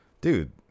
Dude